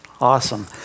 Awesome